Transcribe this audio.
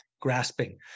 grasping